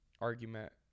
argument